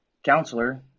counselor